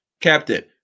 captain